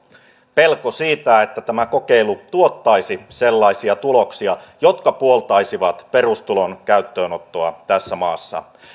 pelko siitä että tämä kokeilu tuottaisi sellaisia tuloksia jotka puoltaisivat perustulon käyttöönottoa tässä maassa